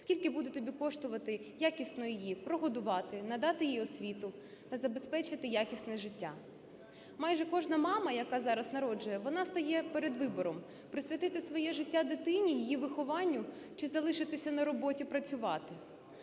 скільки буде тобі коштувати якісно її прогодувати, надати їй освіту та забезпечити якісне життя. Майже кожна мама, яка зараз народжує, вона стає перед вибором: присвятити своє життя дитині, її вихованню чи залишитися на роботі працювати.